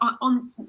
on